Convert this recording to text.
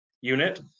unit